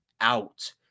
out